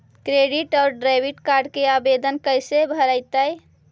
Credit और debit card के आवेदन कैसे भरैतैय?